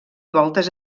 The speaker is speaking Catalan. voltes